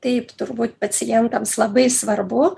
taip turbūt pacientams labai svarbu